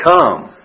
Come